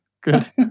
good